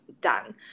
done